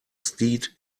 steed